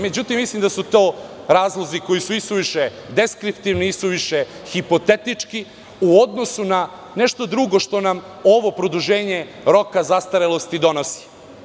Međutim, mislim da su to razlozi koji su isuviše deskriptivni, isuviše hipotetički u odnosu na nešto drugo što nam ovo produženje roka zastarelosti donosi.